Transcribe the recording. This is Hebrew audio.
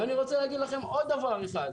אני רוצה להגיד לכם עוד דבר אחד,